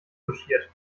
touchiert